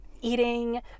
eating